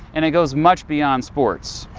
and it goes much beyond sports.